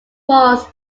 walls